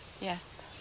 Yes